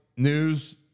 news